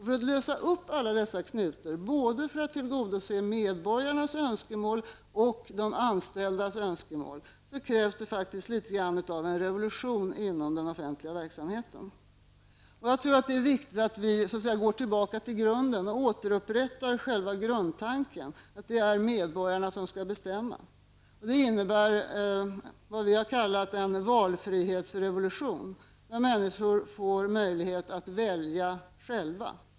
För att lösa upp alla dessa knutar för att tillgodose både medborgarnas önskemål och de anställdas önskemål krävs det faktiskt litet grand av en revolution inom den offentliga verksamheten. Jag tror att det är viktigt att vi går tillbaka grunden och återupprättar själva grundtanken, att det är medborgarna som skall bestämma. Det innebär vad vi kallar en valfrihetsrevolution, när människor få möjlighet att välja själva.